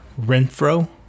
Renfro